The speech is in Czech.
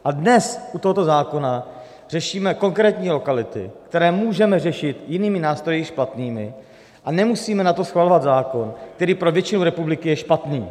A dnes u tohoto zákona řešíme konkrétní lokality, které můžeme řešit jinými nástroji již platnými a nemusíme na to schvalovat zákon, který pro většinu republiky je špatný.